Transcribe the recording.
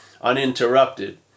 uninterrupted